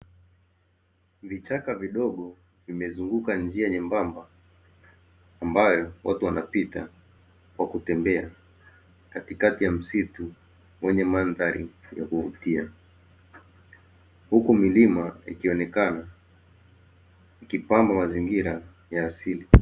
Vichaka vidogo vimezunguka njia nyembamba ambapo watu wanapita kwenye msitu huku milima ikipanda mandhari yenye msitu